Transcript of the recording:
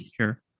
Sure